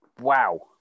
wow